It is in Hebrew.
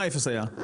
מה אפס היה?